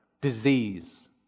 Disease